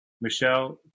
Michelle